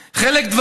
חלק,